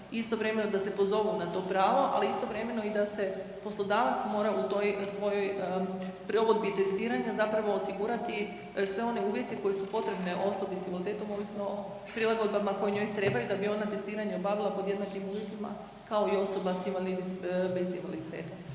istovremeno da se pozovu na to pravu, ali istovremeno i da se poslodavac mora u toj svojoj prilagodbi testiranja zapravo osigurati sve one uvjete koji su potrebne osobi s invaliditetom ovisno o prilagodbama koje njoj trebaju da bi ona testiranje obavila pod jednakim uvjetima kao i osoba bez invaliditeta.